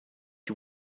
you